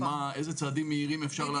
יש כמה צעדים מהירים שאפשר לעשות,